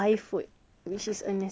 hmm